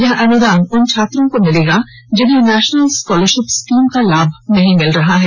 यह अनुदान उन छात्रों को मिलेगा जिन्हें नेशनल स्कॉलरशिप स्कीम का लाभ नहीं मिल रहा है